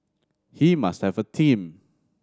he must have a team